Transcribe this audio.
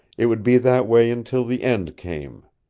it would be that way until the end came.